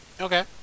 Okay